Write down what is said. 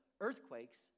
earthquakes